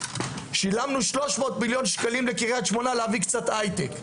שילמנו 300 מיליון שקלים לקריית שמונה להביא חברות הייטק.